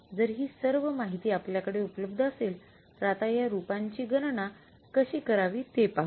जर हि सर्व माहिती आपल्याकडे उपलब्ध असेल तर आता या रुपांची गणना कशी करावी ते पाहू